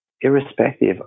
irrespective